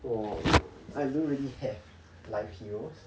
我 I don't really have life heroes